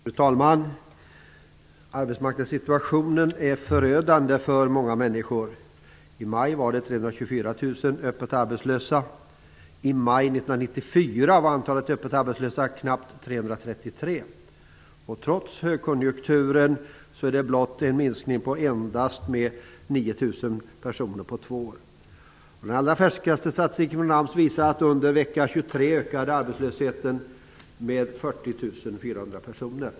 Fru talman! Arbetsmarknadssituationen är förödande för många människor. I maj i år var 324 000 människor öppet arbetslösa. I maj 1994 var antalet öppet arbetslösa knappt 333 000. Trots högkonjunkturen har det skett en minskning med endast 9 000 personer på två år. Den allra färskaste statistiken från AMS visar att arbetslösheten under vecka 23 ökade med 40 400 personer.